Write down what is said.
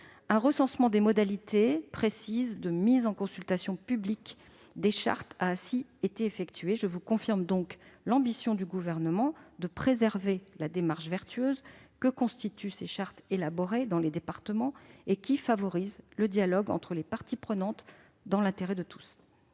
Un recensement des modalités précises de mise en consultation publique des chartes a ainsi été effectué. Monsieur le sénateur, je vous confirme l'ambition du Gouvernement de préserver la démarche vertueuse que constituent les chartes élaborées dans les départements. Celles-ci favorisent le dialogue entre les parties prenantes, dans l'intérêt de tous.